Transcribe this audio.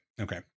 Okay